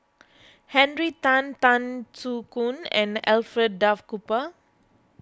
Henry Tan Tan Soo Khoon and Alfred Duff Cooper